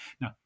Now